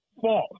false